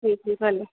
જીજી ભલે